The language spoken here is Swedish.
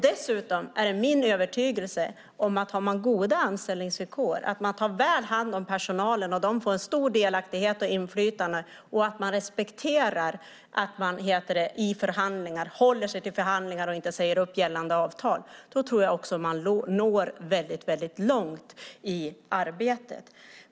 Dessutom är det min övertygelse att om man har goda anställningsvillkor, om man tar väl hand om personalen och de får en stor delaktighet och inflytande och om man håller sig till förhandlingar och inte säger upp gällande avtal, då tror jag att man når väldigt långt i arbetet.